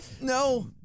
No